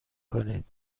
کنید